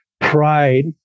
pride